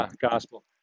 gospel